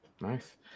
nice